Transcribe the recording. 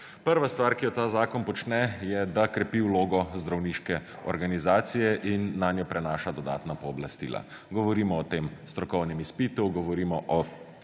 Prva stvar, ki jo ta zakon počne je, da krepi vlogo zdravniške organizacije in nanjo prenaša dodatna pooblastila. Govorimo o tem strokovnem izpitu govorimo o